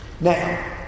Now